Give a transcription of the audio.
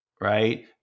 Right